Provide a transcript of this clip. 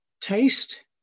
Taste